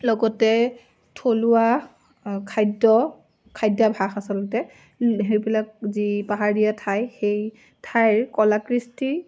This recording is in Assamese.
লগতে থলুৱা খাদ্য খাদ্যাভাস আচলতে সেইবিলাক যি পাহাৰীয়া ঠাই সেই ঠাইৰ কলাকৃষ্টি